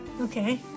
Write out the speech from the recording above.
okay